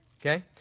Okay